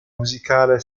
musicale